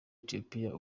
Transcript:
ethiopia